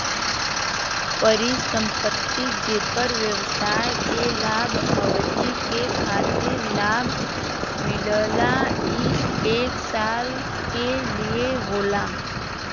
परिसंपत्ति जेपर व्यवसाय के लंबा अवधि के खातिर लाभ मिलला ई एक साल के लिये होला